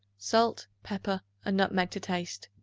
salt, pepper and nutmeg to taste.